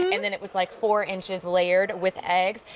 and then it was like four inches layered with eggs.